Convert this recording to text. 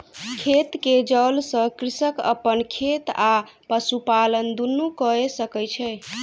खेत के जल सॅ कृषक अपन खेत आ पशुपालन दुनू कय सकै छै